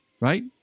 right